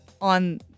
On